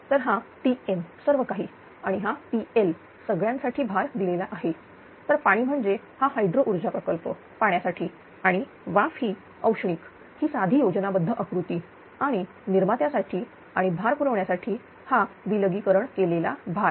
तर हा Tmसर्व काही आणि हा PL सगळ्यांसाठी भार दिलेला आहे तर पाणी म्हणजे हा हायड्रो ऊर्जा प्रकल्प पाण्यासाठी आणि वाफ ही औष्णिक ही साधी योजनाबद्ध आकृती आणि निर्मात्यासाठी आणि भार पुरवण्यासाठी हा विलगीकरण केलेला भार